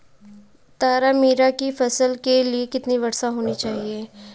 तारामीरा की फसल के लिए कितनी वर्षा होनी चाहिए?